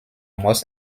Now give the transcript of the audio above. most